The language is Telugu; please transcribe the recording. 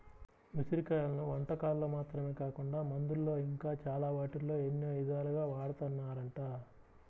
ఉసిరి కాయలను వంటకాల్లో మాత్రమే కాకుండా మందుల్లో ఇంకా చాలా వాటిల్లో ఎన్నో ఇదాలుగా వాడతన్నారంట